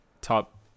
top